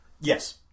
Yes